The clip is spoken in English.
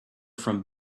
from